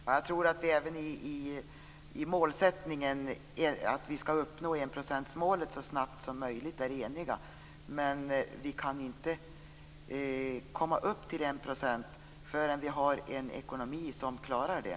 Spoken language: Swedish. Fru talman! Jag tror att vi är eniga även om målsättningen att vi skall uppnå enprocentsmålet så snabbt som möjligt. Vi kan inte komma upp till 1 % förrän vi har en ekonomi som klarar det.